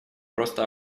просто